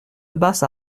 basse